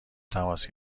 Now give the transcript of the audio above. تماس